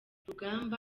rugamba